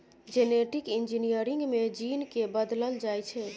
genetic engineering मे gene केँ बदलल जाइ छै